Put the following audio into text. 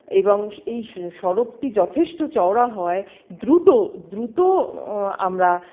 এবং স এই স সড়কটি যথেষ্ট চওড়া হওয়ায় দ্রুত দ্রুত আমরা